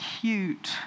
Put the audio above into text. cute